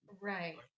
right